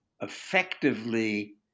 effectively